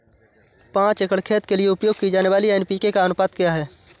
पाँच एकड़ खेत के लिए उपयोग की जाने वाली एन.पी.के का अनुपात क्या है?